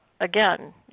again